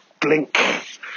blink